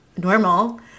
normal